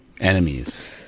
Enemies